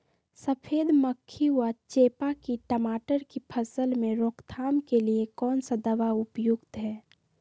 सफेद मक्खी व चेपा की टमाटर की फसल में रोकथाम के लिए कौन सा दवा उपयुक्त है?